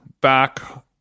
back